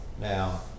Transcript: Now